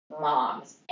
moms